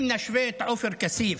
אם נשווה את עופר כסיף,